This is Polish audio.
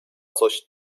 coś